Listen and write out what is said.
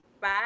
bye